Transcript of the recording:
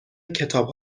کتاب